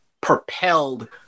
propelled